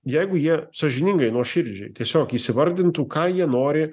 jeigu jie sąžiningai nuoširdžiai tiesiog įsivardintų ką jie nori